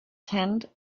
tent